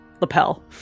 lapel